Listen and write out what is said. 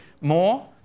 more